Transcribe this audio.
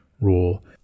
rule